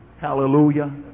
Hallelujah